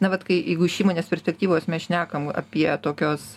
na vat kai jeigu iš įmonės perspektyvos mes šnekam apie tokios